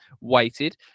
weighted